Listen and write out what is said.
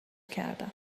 کردم